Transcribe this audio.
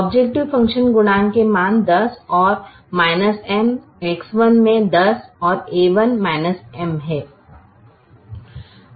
objective function गुणांक के मान 10 और M X1 में 10 a1 M है